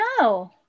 No